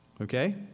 okay